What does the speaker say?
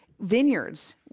vineyards